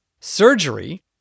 Surgery